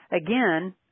again